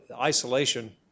isolation